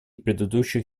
предыдущих